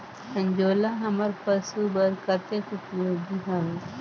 अंजोला हमर पशु बर कतेक उपयोगी हवे?